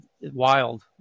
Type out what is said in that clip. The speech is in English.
wild